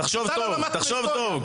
תחשוב טוב, תחשוב טוב.